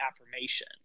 affirmation